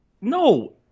no